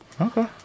Okay